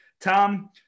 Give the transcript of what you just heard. Tom